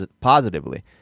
positively